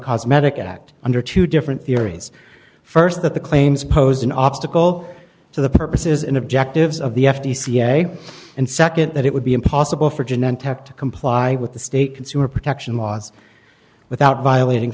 cosmetic act under two different theories st that the claims posed an obstacle to the purposes and objectives of the f t c ebay and nd that it would be impossible for generic tech to comply with the state consumer protection laws without violating